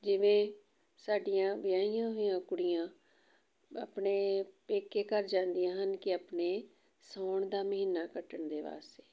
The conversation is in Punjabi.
ਜਿਵੇਂ ਸਾਡੀਆਂ ਵਿਆਹੀਆਂ ਹੋਈਆਂ ਕੁੜੀਆਂ ਆਪਣੇ ਪੇਕੇ ਘਰ ਜਾਂਦੀਆਂ ਹਨ ਕਿ ਆਪਣੇ ਸਾਉਣ ਦਾ ਮਹੀਨਾ ਕੱਟਣ ਦੇ ਵਾਸਤੇ